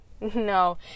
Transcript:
no